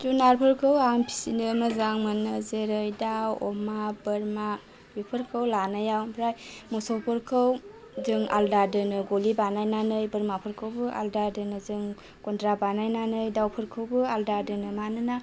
जुनारफोरखौ आं फिसिनो मोजां मोनो जेरै दाव अमा बोरमा बेफोरखौ लानायाव ओमफ्राय मोसौफोरखौ जों आलदा दोनो गलि बानायनानै बोरमाफोरखौबो आलदा दोनो जों गन्द्रा बानायनानै दावफोरखौबो आलदा दोनो मानोना